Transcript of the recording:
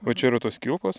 va čia yra kilpos